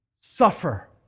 suffer